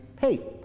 hey